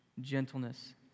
gentleness